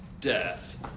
death